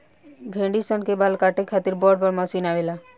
भेड़ी सन के बाल काटे खातिर बड़ बड़ मशीन आवेला